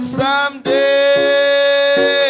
someday